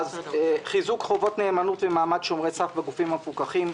חיזוק חובות הנאמנות ומעמד שומרי הסף בגופים המפוקחים,